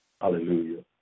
Hallelujah